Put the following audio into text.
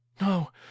No